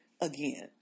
again